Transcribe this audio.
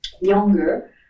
younger